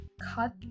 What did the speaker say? cut